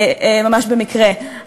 ממש במקרה,